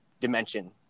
dimension